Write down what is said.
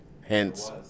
Hence